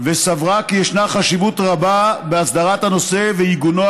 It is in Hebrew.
וסברה כי ישנה חשיבות רבה בהסדרת הנושא ובעיגונו